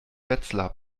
wetzlar